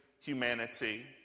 humanity